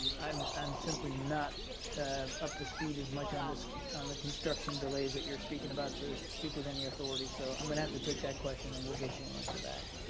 i'm i'm simply not up to speed as much on this on the construction delays that you're speaking about to speak with any authority, so i'm going to have to take that question and we'll get you an answer back.